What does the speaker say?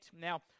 Now